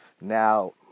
Now